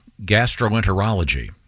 Gastroenterology